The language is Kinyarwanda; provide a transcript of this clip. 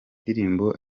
ndirimbo